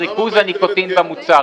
ריכוז הניקוטין במוצר.